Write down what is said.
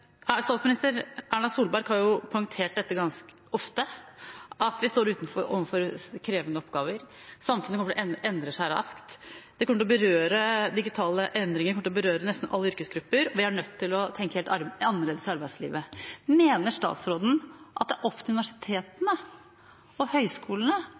Statsminister Erna Solberg har poengtert dette ganske ofte, at vi står overfor krevende oppgaver. Samfunnet kommer til å endre seg raskt, digitale endringer kommer til å berøre nesten alle yrkesgrupper, og vi er nødt til å tenke helt annerledes i arbeidslivet. Mener statsråden at det er opp til universitetene og høyskolene